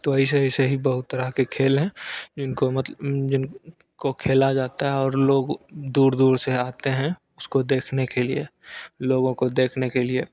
तो ऐसे ऐसे ही बहुत तरह के खेल हैं जिनको मत जिनको खेला जाता है और लोग दूर दूर से आते हैं उसको देखने के लिए लोगों को देखने के लिए